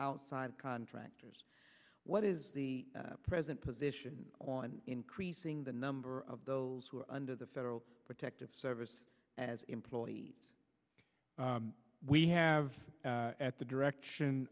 outside contractors what is the present position on increasing the number of those who are under the federal protective service as employees we have at the direction